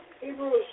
Hebrews